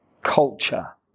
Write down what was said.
culture